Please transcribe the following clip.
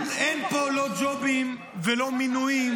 אין פה לא ג'ובים ולא מינויים.